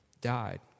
died